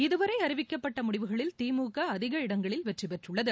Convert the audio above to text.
இதுவரை அறிவிக்கப்பட்ட முடிவுகளில் திமுக அதிக இடங்களில் வெற்றிபெற்றுள்ளது